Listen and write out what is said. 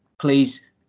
please